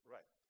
Right